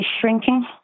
shrinking